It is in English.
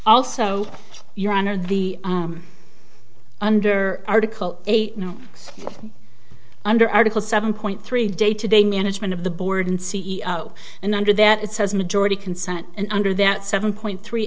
also your honor the under article eight no under article seven point three day to day management of the board c e o and under that it says majority consent and under that seven point three